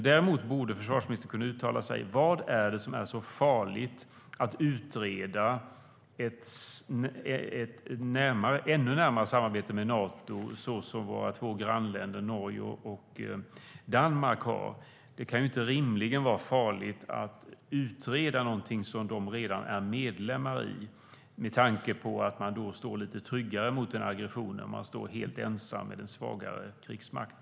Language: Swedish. Däremot borde försvarsministern kunna uttala sig om vad som är så farligt med att utreda ett sådant närmare samarbete med Nato som våra två grannländer Norge och Danmark har. Det kan inte rimligen vara farligt att utreda något som de redan är medlemmar i. Då skulle man stå lite tryggare mot aggressioner än om man är helt ensam och har en svagare krigsmakt.